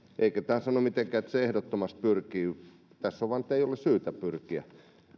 eikä tämä sano mitenkään niin että se ehdottomasti pyrkii tässä on vain niin ettei ole syytä pyrkiä